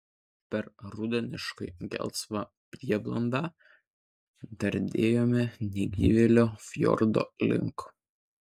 per rudeniškai gelsvą prieblandą dardėjome negyvėlio fjordo link